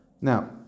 Now